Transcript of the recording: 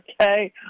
okay